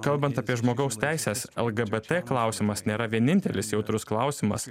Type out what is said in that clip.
kalbant apie žmogaus teises lgbt klausimas nėra vienintelis jautrus klausimas